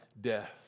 death